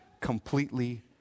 completely